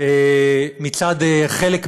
מצד חלק מהמדריכים,